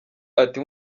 ati